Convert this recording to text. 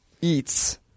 eats